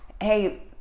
hey